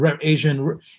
Asian